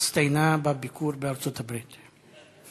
שהצטיינה בביקור בארצות-הברית.